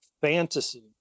fantasy